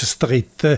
Street